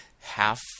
half